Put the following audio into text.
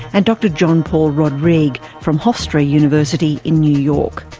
and dr jean-paul rodrigue from hofstra university in new york.